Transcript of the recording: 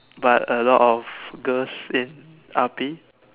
but a lot of girls in R_P